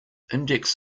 index